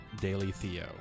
DailyTheo